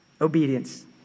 obedience